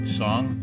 song